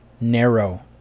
narrow